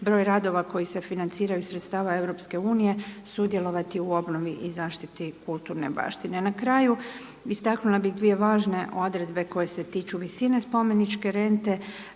broj radova koji se financiraju iz sredstava EU, sudjelovati u obnovi i zaštiti kulturne baštine. A na kraju istaknula bih dvije važne odredbe koje se tiču visine spomeničke rente,